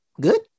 good